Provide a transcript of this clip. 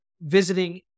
visiting